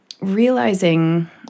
realizing